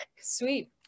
sweet